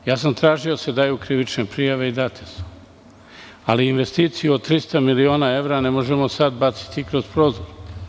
Tražio sam da se daju krivične prijave i date su, ali investiciju od 300 miliona evra ne možemo sada baciti kroz prozor.